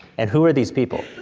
and who are these people?